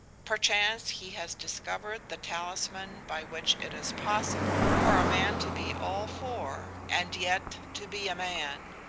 perchance he has discovered the talisman by which it is possible for a man to be all four, and yet to be a man,